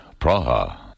Praha